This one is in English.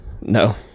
No